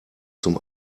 zum